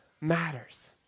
matters